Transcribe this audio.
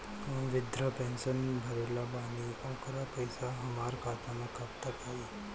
हम विर्धा पैंसैन भरले बानी ओकर पईसा हमार खाता मे कब तक आई?